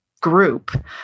group